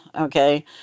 okay